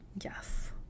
yes